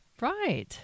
Right